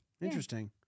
Interesting